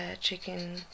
chicken